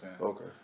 okay